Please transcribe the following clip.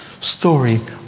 story